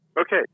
Okay